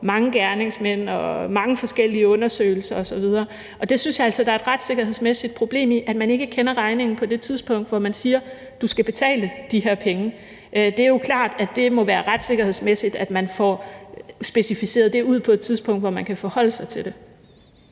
mange gerningsmænd og mange forskellige undersøgelser osv. Og jeg synes altså, der er et retssikkerhedsmæssigt problem i, at man ikke kender regningen på det tidspunkt, hvor man siger: Du skal betale de her penge. Det er jo klart, at det må være retssikkerhedsmæssigt, at man får det specificeret ud på et tidspunkt, hvor man kan forholde sig til det.